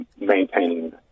maintaining